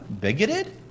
bigoted